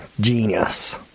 Genius